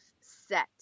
set